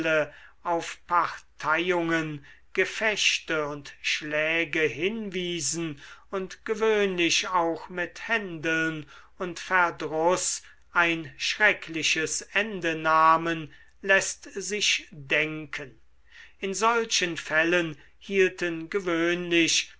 auf parteiungen gefechte und schläge hinwiesen und gewöhnlich auch mit händeln und verdruß ein schreckliches ende nahmen läßt sich denken in solchen fällen hielten gewöhnlich